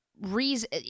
reason